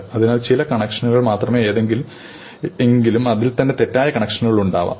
അതിനാൽ ചില കണക്ഷനുകൾ മാത്രമേയുള്ളൂ എങ്കിലും അതിൽത്തന്നെ തെറ്റായ കണക്ഷനുകൾ ഉണ്ടാകാം